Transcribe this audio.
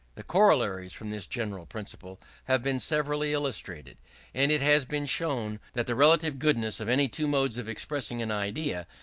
the corollaries from this general principle have been severally illustrated and it has been shown that the relative goodness of any two modes of expressing an idea,